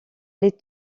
les